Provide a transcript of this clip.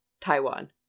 Taiwan